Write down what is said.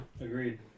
Agreed